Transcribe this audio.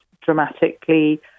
dramatically